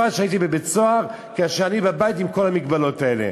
מאשר בתקופה שהייתי בבית-הסוהר כאשר אני בבית עם כל המגבלות האלה.